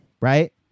right